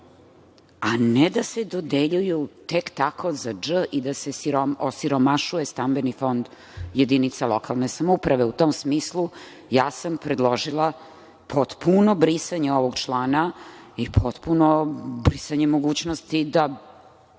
a ne da se dodeljuju tek tako za „dž“ i da se osiromašuje stambeni fond jedinica lokalne samouprave. U tom smislu, predložila sam potpuno brisanje ovog člana i potpuno brisanje mogućnosti da